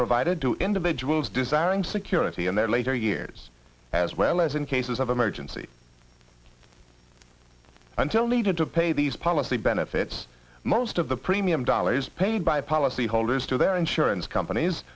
provided to individuals desiring security in their later years as well as in cases of emergency until needed to pay these policy benefits most of the premium dollars paid by policyholders to their insurance companies